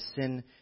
sin